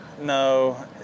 No